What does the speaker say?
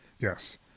Yes